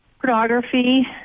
pornography